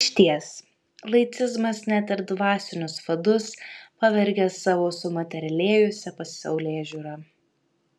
išties laicizmas net ir dvasinius vadus pavergia savo sumaterialėjusia pasaulėžiūra